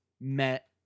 met